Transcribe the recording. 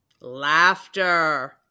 Laughter